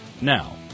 Now